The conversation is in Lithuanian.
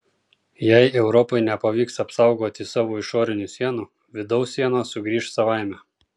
jei europai nepavyks apsaugoti savo išorinių sienų vidaus sienos sugrįš savaime